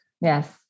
Yes